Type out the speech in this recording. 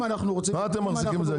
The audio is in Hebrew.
למה אתם מחזיקים את זה?